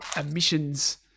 emissions